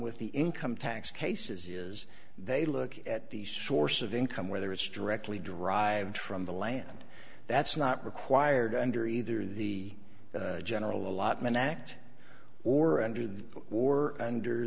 with the income tax cases is they look at the source of income whether it's directly derived from the land that's not required under either the general allotment act or under the